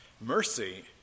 Mercy